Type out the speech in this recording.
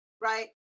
right